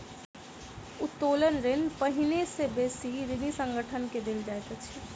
उत्तोलन ऋण पहिने से बेसी ऋणी संगठन के देल जाइत अछि